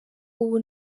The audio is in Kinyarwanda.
ubu